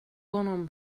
honom